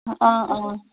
অঁ অঁ